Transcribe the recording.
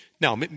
Now